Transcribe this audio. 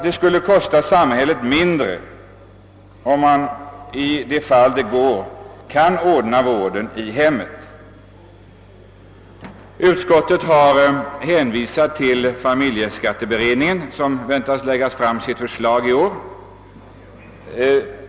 Det skulle också kosta samhället mindre att ordna vården så om detta passar familjen. Utskottet har i det stycket hänvisat till familjeskatteberedningen, som väntas framlägga sitt betänkande i år.